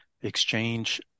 exchange